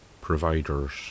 providers